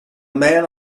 man